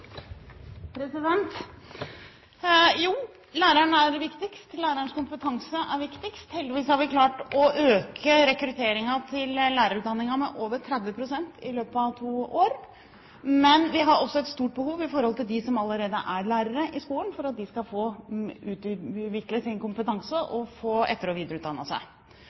lærere. Jo, læreren er viktigst. Lærerens kompetanse er viktigst. Heldigvis har vi klart å øke rekrutteringen til lærerutdanningen med over 30 pst. i løpet av to år, men vi har også et stort behov i forhold til dem som allerede er lærere i skolen, slik at de skal få utviklet sin kompetanse og få etter- og videreutdannet seg.